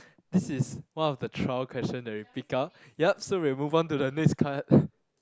this is one of the trial question that we pick up yup so we will move on to the next card